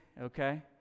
okay